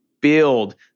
build